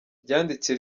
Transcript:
ryanditse